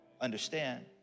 understand